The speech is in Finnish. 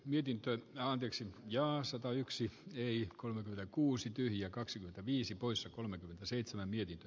mietintöön anteeksi ja satayksi kolmekymmentäkuusi tyhjää kaksi viisi poissa kolmekymmentäseitsemän mietintö